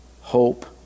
hope